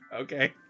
Okay